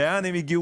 לאן הם הגיעו?